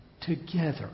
together